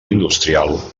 industrial